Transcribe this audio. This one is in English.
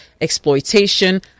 exploitation